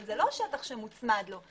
אבל זה לא שטח שמוצמד לו.